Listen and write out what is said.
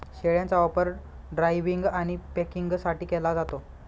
शेळ्यांचा वापर ड्रायव्हिंग आणि पॅकिंगसाठी केला जातो